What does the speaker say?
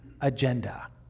agenda